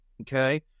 Okay